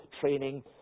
training